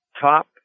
top